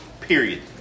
Period